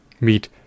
meet